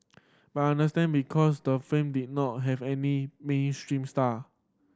but I understand because the film did not have any big stream star